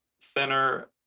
thinner